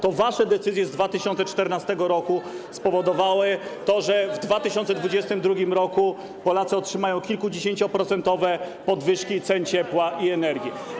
To wasze decyzje z 2014 r. spowodowały to, że w 2022 r. Polacy otrzymają kilkudziesięcioprocentowe podwyżki cen ciepła i energii.